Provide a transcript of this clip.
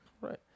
right